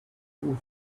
with